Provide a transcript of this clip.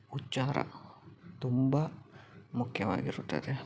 ಉಚ್ಚಾರ ತುಂಬ ಮುಖ್ಯವಾಗಿರುತ್ತದೆ